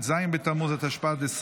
ט"ז בתמוז התשפ"ד,